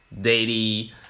daily